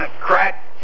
crack